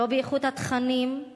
לא באיכות התכנים,